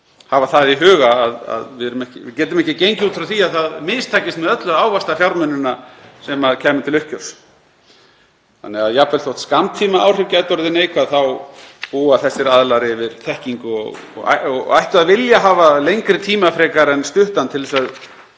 hafa það í huga að við getum ekki gengið út frá því að það mistakist með öllu að ávaxta fjármunina sem kæmu til uppgjörs. Þannig að jafnvel þótt skammtímaáhrif gætu orðið neikvæð þá búa þessir aðilar yfir þekkingu og ættu að vilja hafa lengri tíma frekar en stuttan til að